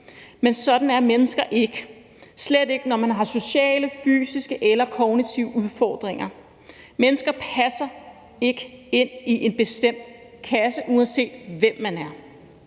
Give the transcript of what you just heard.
men sådan er mennesker ikke, og slet ikke, når de har sociale, fysiske eller kognitive udfordringer. Mennesker passer ikke ind i en bestemt kasse, uanset hvem de er.